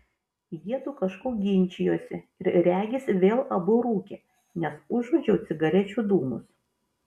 jiedu kažko ginčijosi ir regis vėl abu rūkė nes užuodžiau cigarečių dūmus